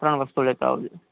ત્રણ વસ્તુ લેતા આવજો